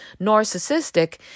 narcissistic